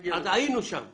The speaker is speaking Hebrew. היינו שם פעמיים.